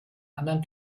anderen